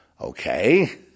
Okay